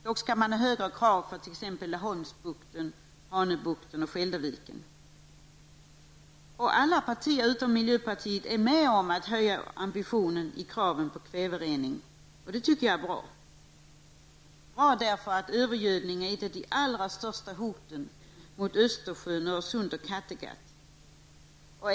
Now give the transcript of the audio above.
Dock skall man ställa högre krav för områden som Alla partier utom miljöpartiet är med på att höja ambitionen i fråga om kraven på kväverening. Det tycker jag är bra. Övergödningen är nämligen ett av de allra största hoten mot Östersjön, Öresund och Kattegatt.